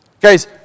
Guys